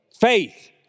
Faith